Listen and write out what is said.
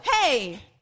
hey